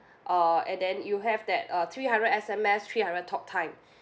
uh and then you have that uh three hundred S_M_S three hundred talktime